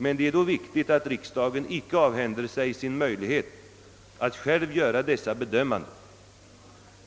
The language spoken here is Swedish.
Men det är då viktigt att riksdagen icke avhänder sig sin möjlighet att själv göra dessa bedömanden.